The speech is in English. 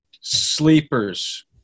sleepers